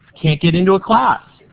can't get into a class.